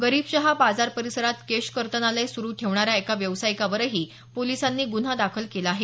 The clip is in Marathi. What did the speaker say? गरीबशहा बाजार परिसरात केश कर्तनालय सुरू ठेवणाऱ्या एका व्यावसायिकावरही पोलिसांनी गुन्हा दाखल केला आहे